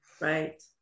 Right